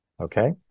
okay